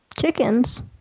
Chickens